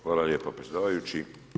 Hvala lijepa predsjedavajući.